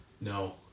No